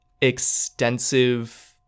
extensive